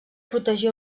protegia